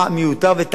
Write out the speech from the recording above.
ותאמין לי,